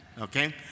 okay